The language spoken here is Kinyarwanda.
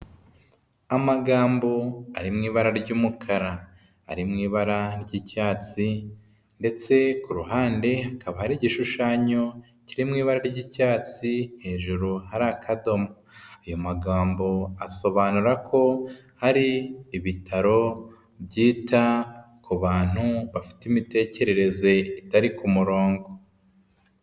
Amagambo ari mu ibara ry'umukara. Ari mu ibara ry'icyatsi, ndetse ku ruhande hakaba hari igishushanyo kiri mu ibara ry'icyatsi hejuru hari akadomo. Ayo magambo asobanura ko hari ibitaro byita ku bantu bafite imitekerereze itari ku murongo.